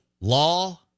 law